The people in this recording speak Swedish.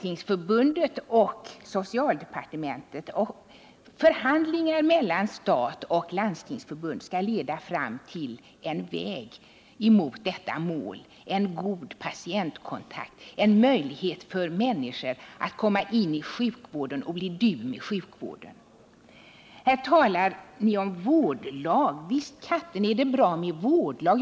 Förhandlingar mellan staten och Landstingsförbundet skall leda fram till en väg mot detta mål: en god patientkontakt, en möjlighet för människor att komma in i sjukvården och bli du med sjukvården. Här talar ni om vårdlag. Visst är det bra med vårdlag!